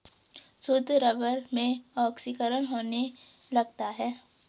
शुद्ध रबर में ऑक्सीकरण होने लगता है